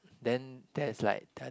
then there is like